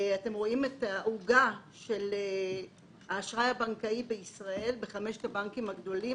אתם רואים את העוגה של האשראי הבנקאי בישראל בחמשת הבנקים הגדולים.